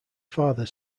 father